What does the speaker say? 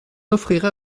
offrirai